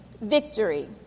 Victory